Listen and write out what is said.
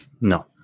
no